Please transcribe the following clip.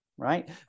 Right